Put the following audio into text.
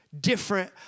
different